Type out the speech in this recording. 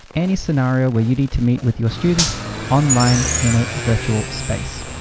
any scenario where you need to meet with your students online in a virtual space.